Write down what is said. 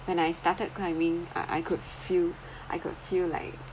when I started climbing I I could feel I could feel like